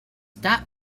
that